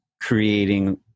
creating